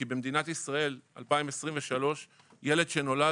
כי במדינת ישראל 2023 ילד שנולד,